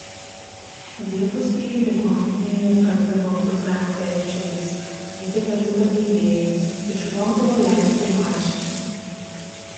dirbusieji ligoninėje tapdavo pusiau felčeriais gydytojų padėjėjais išmokdavo leisti vaistus